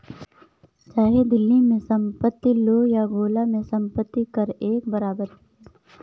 चाहे दिल्ली में संपत्ति लो या गोला में संपत्ति कर एक बराबर ही है